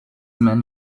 men